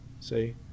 See